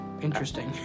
Interesting